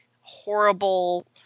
horrible